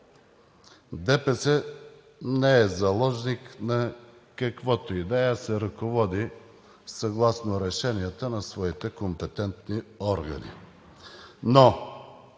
ДПС не е заложник на каквото и да е, а се ръководи съгласно решенията на своите компетентни органи,